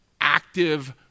active